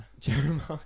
Jeremiah